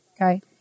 Okay